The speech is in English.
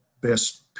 best